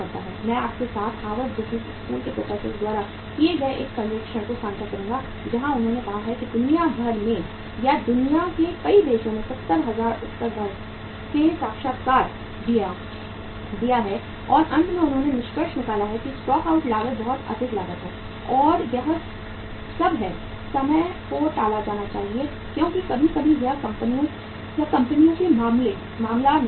मैं आपके साथ हार्वर्ड बिजनेस स्कूल के प्रोफेसरों द्वारा किए गए एक सर्वेक्षण को साझा करूंगा जहां उन्होंने कहा है कि दुनिया भर में या दुनिया के कई देशों में 70000 उत्तरदाताओं ने साक्षात्कार दिया है और अंत में उन्होंने निष्कर्ष निकाला है कि स्टॉक आउट लागत बहुत अधिक लागत है और यह सब है समय को टाला जाना चाहिए क्योंकि कभी कभी यह कंपनियों या कंपनियों का मामला नहीं होता है